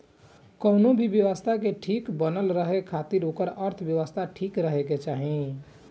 कवनो भी व्यवस्था के ठीक बनल रहे खातिर ओकर अर्थव्यवस्था ठीक रहे के चाही